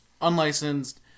Unlicensed